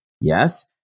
yes